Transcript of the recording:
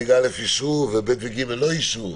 אישרו ו-ב' ו-ג לא אישרו.